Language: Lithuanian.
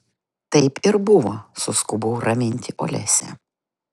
taip ir buvo suskubau raminti olesią